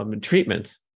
treatments